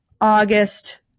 august